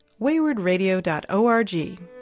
Waywardradio.org